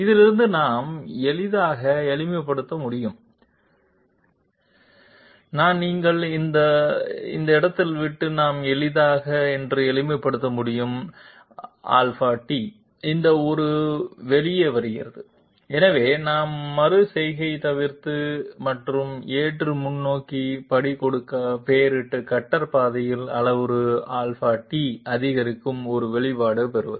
இதிலிருந்து நாம் எளிதாக எளிமைப்படுத்த முடியும் நான் நீங்கள் இந்த விட்டு நாம் எளிதாக என்று எளிமைப்படுத்த முடியும் ∆t இந்த ஒரு வெளியே வருகிறது எனவே நாம் மறு செய்கை தவிர்த்து மற்றும் ஏற்று முன்னோக்கி படி கொடுக்க பொருட்டு கட்டர் பாதையில் அளவுரு ∆t அதிகரிப்பு ஒரு வெளிப்பாடு பெறுவது